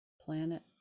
planet